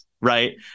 right